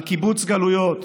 על קיבוץ גלויות,